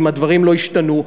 אם הדברים לא ישתנו,